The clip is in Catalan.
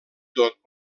tot